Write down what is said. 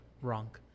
Wrong